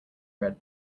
red